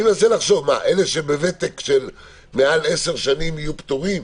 אני מנסה לחשוב: אלה עם ותק של מעל עשר יהיו פטורים?